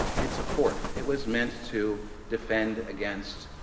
it's a fort. it was meant to defend against